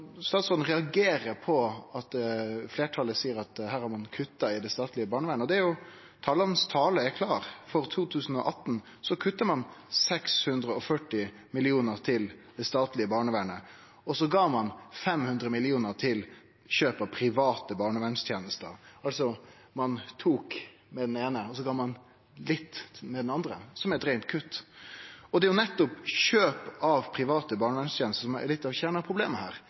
Statsråden reagerer på at fleirtalet seier at ein her har kutta i det statlege barnevernet. Men tala er klare: For 2018 kutta ein 640 mill. kr til det statlege barnevernet, og så gav ein 500 mill. kr til kjøp av private barnevernstenester. Altså tok ein med den eine handa, og så gav ein litt med den andre – som eit reint kutt. Og det er nettopp enkeltkjøp av private barnevernstenester som er litt av kjerneproblemet her.